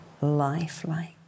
lifelike